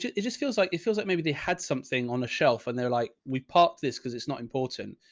yeah it just feels like, it feels like maybe they had something on a shelf and they're like, we've popped this cause it's not important.